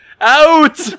Out